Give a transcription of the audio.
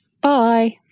bye